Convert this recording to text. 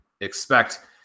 expect